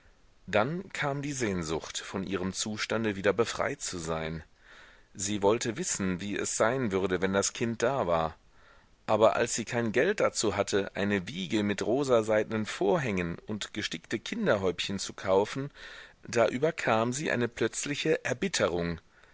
dann kam die sehnsucht von ihrem zustande wieder befreit zu sein sie wollte wissen wie es sein würde wenn das kind da war aber als sie kein geld dazu hatte eine wiege mit rosa seidnen vorhängen und gestickte kinderhäubchen zu kaufen da überkam sie eine plötzliche erbitterung